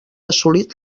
assolit